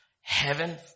Heaven